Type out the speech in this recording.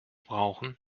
brauchen